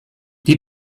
die